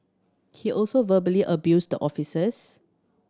he also verbally abused the officers